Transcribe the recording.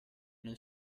nel